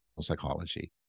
psychology